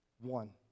One